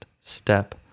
step